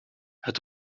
het